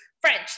French